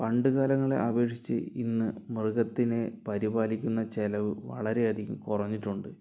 പണ്ടുകാലങ്ങളെ അപേക്ഷിച്ചു ഇന്ന് മൃഗത്തിനെ പരിപാലിക്കുന്ന ചിലവ് വളരെയധികം കുറഞ്ഞിട്ടുണ്ട്